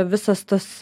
visas tas